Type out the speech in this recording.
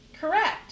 Correct